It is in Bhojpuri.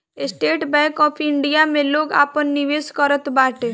स्टेट बैंक ऑफ़ इंडिया में लोग आपन निवेश करत बाटे